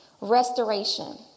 restoration